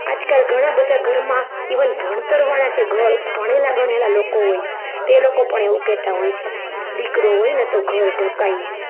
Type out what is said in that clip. આજકાલ ઘણાં બધાં ઘરમાં ઇવન ભણતરવાળા જે ઘર ભણેલાં ગણેલાં લોકો હોય તે લોકો પણ એવું કહેતા હોય છે દીકરો હોયને તો ઘર ઢંકાઈ જાય